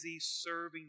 serving